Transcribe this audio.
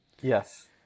Yes